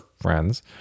friends